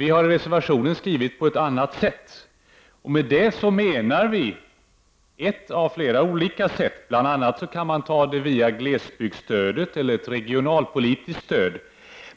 I reservationen säger vi reservanter att frågan bör klaras ut ”på annat sätt”. Bl.a. kan man gå via glesbygdsstödet eller ett regionalpolitiskt stöd.